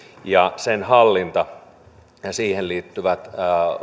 ja sen hallinta ja siihen liittyvät